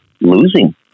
losing